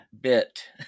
Bit